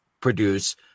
produce